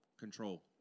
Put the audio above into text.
Control